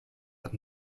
but